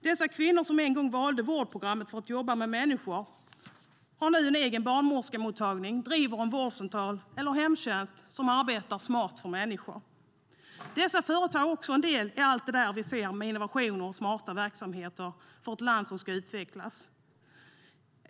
Dessa kvinnor, som en gång valde vårdprogrammet för att få jobba med människor, har nu en egen barnmorskemottagning, driver en vårdcentral eller driver en hemtjänst som arbetar smart för människor. Dessa företag är också en del i allt det vi ser vad gäller innovationer och smarta verksamheter för ett land som ska utvecklas.